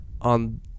on